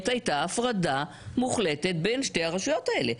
הייתה הפרדה מוחלטת בין שתי הרשויות האלה,